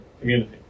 community